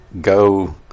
go